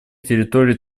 территории